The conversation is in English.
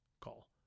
Call